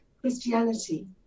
Christianity